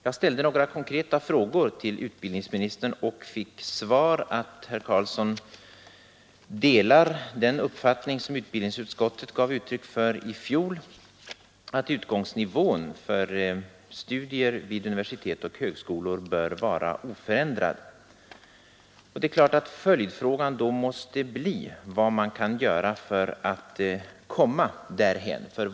På de konkreta frågor jag ställde till utbildningsministern fick jag till svar att herr Carlsson delar den uppfattning som utbildningsutskottet gav uttryck för i fjol, nämligen att utgångsnivån för studier vid universitet och högskolor bör vara oförändrad. Följdfrågan måste då bli: Vad kan man göra för att också i verkligheten komma därhän?